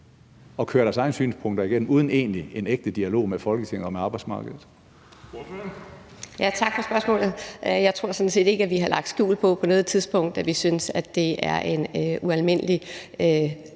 at køre deres egne synspunkter igennem uden egentlig at have en ægte dialog med Folketinget og med arbejdsmarkedet?